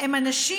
לאנשים